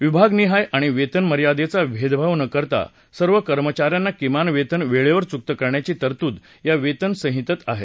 विभागनिहाय आणि वेतनमयादेचा भेदभाव न करता सर्व कर्मचाऱ्यांना किमान वेतन वेळेवर चुकतं करण्याची तरतूद या वेतन संहितेत आहे